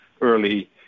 early